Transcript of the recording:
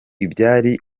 ibyari